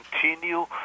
continue